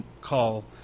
call